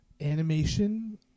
animation